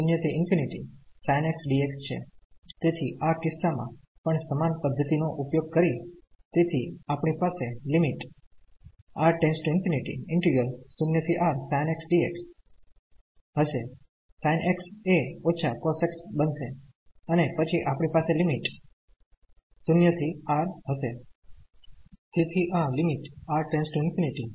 તેથી આ કિસ્સા માં પણ સમાન પધ્ધતી નો ઉપયોગ કરી તેથી આપણી પાસે હશે sin x એ −cos x બનશે અને પછી આપણી પાસે લિમિટ 0 થી R હશે